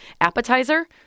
appetizer